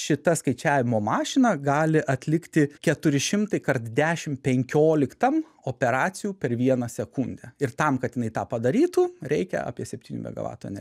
šita skaičiavimo mašina gali atlikti keturi šimtai kart dešimt penkioliktam operacijų per vieną sekundę ir tam kad jinai tą padarytų reikia apie septynių megavatų energijos